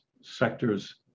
sectors